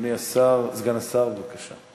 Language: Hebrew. אדוני סגן השר, בבקשה.